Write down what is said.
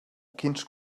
quins